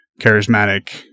charismatic